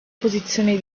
posizione